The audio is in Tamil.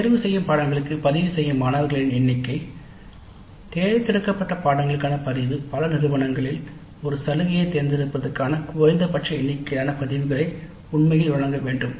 தேர்ந்தெடுக்கப்பட்ட பாடநெறிகளுக்கு பதிவுசெய்யும் மாணவர்களின் எண்ணிக்கை தேர்ந்தெடுக்கப்பட்ட பாடநெறி களுக்கான பதிவு பல நிறுவனங்கள் ஒரு சலுகையைத் தேர்ந்தெடுப்பதற்கான குறைந்தபட்ச எண்ணிக்கையிலான பதிவுகளை உண்மையில் வழங்க வேண்டும்